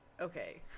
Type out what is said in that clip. Okay